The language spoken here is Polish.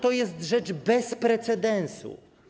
To jest rzecz bez precedensu.